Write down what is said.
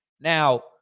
Now